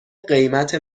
قیمت